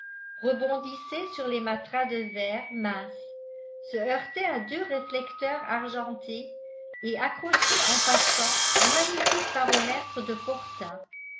rebondissait sur les matras de verre mince se heurtait à deux réflecteurs argentés et accrochait en passant un magnifique baromètre de fortin